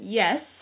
yes